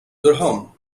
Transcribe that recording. durham